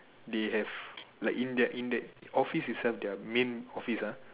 like in that in that office itself they are main officer